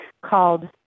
called